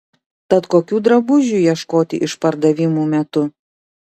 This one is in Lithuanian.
tad kokių drabužių ieškoti išpardavimų metu